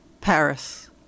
Paris